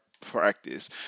practice